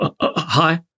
hi